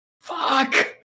Fuck